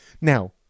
Now